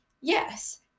Yes